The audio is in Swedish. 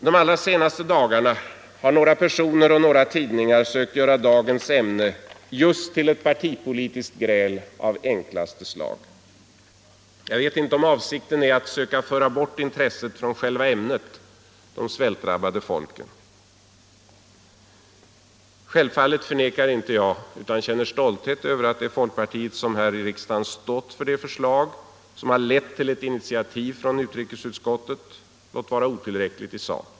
De allra senaste dagarna har några personer och tidningar sökt göra dagens ämne till ett partipolitiskt gräl av enklaste slag. Jag vet inte om man därmed vill föra bort intresset från själva ämnet: de svältdrabbade folken. Självfallet förnekar jag inte, utan känner stolthet över att det är folkpartiet som i riksdagen har fört fram det förslag som har lett till ett initiativ från utrikesutskottet, låt vara otillräckligt i sak.